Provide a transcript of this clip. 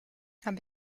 habe